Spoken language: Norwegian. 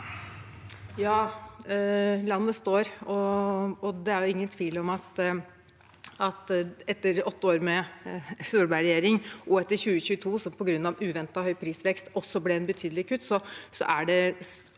Ja, lan- det står, og det er ingen tvil om at det etter åtte år med Solberg-regjering og etter 2022, der man på grunn av uventet høy prisvekst gjorde betydelige kutt, er